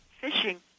fishing